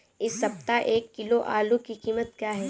इस सप्ताह एक किलो आलू की कीमत क्या है?